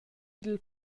dil